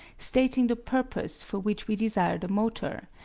stating the purpose for which we desired a motor,